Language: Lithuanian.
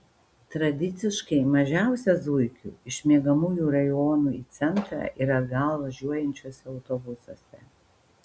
tradiciškai mažiausia zuikių iš miegamųjų rajonų į centrą ir atgal važiuojančiuose autobusuose